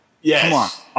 Yes